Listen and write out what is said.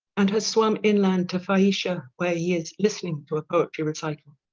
and has swam inland to phaeacia where he is listening to a poetry recital.